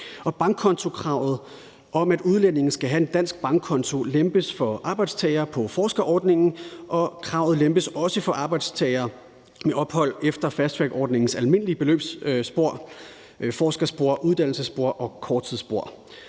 Bankkontokravet om, at udlændinge skal have en dansk bankkonto, lempes for arbejdstagere på forskerordningen, og kravet lempes også for arbejdstagere med ophold efter fasttrackordningens almindelige beløbsspor, forskerspor, uddannelsesspor og korttidsspor.